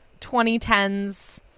2010s